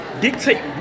dictate